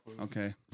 Okay